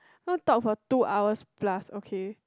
not talk for two hours plus okay